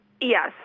Yes